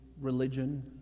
religion